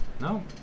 No